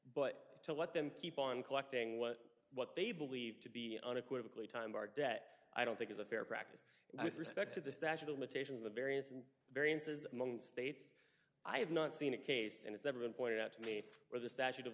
but to let them keep on collecting what what they believe to be unequivocally time our debt i don't think is a fair practice with respect to the statute of limitations in the various and variances among states i have not seen a case and it's never been pointed out to me where the statute of